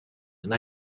and